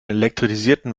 elektrisierten